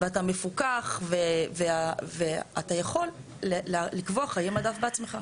ואתה מפוקח, אתה יכול לקבוע חיי מדף בעצמך.